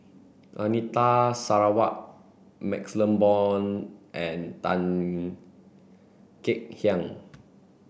Anita Sarawak MaxLe Blond and Tan Kek Hiang